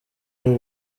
iri